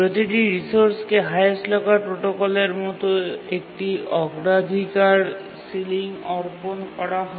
প্রতিটি রিসোর্সকে highest locker প্রোটোকলের মতো একটি অগ্রাধিকার সিলিং অর্পণ করা হয়